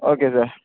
okay sir